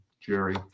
jerry